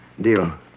Deal